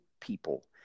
people